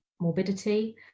morbidity